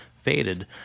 faded